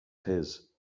his